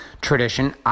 tradition